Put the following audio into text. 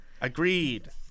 agreed